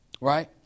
right